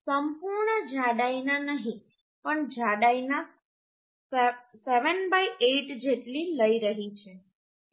સંપૂર્ણ જાડાઈના નહીં પણ જાડાઈના 78 જેટલી લઈ રહી છે